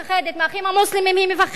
מ"האחים המוסלמים" היא מפחדת,